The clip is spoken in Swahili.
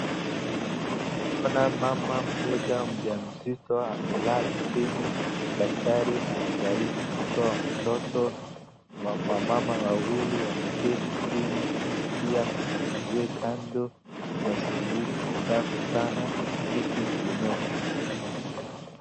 Naona mama mmoja mjamzito amelala chini. Daktari anajaribu kutoa mtoto. Wamama wawili wameketi chini. Pia kuna mzee kando. Mazingira ni safi sana. Miti zilimea.